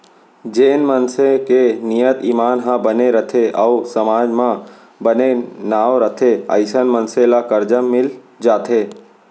जेन मनसे के नियत, ईमान ह बने रथे अउ समाज म बने नांव रथे अइसन मनसे ल करजा मिल जाथे